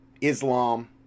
Islam